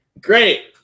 Great